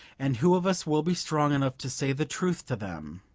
and who of us will be strong enough to say the truth to them